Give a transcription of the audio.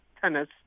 tennis